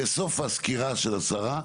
בסוף הסקירה של השרה,